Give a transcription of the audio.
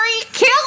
Kill